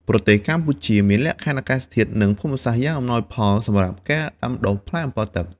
ប្រទេសកម្ពុជាមានលក្ខខណ្ឌអាកាសធាតុ និងភូមិសាស្ត្រយ៉ាងអំណោយផលសម្រាប់ការដាំដុះផ្លែអម្ពិលទឹក។